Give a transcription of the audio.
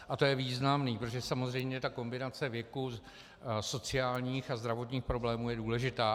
A to je významné, protože samozřejmě ta kombinace věku, sociálních a zdravotních problémů je důležitá.